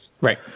Right